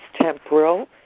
temporal